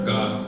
God